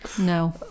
no